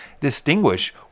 distinguish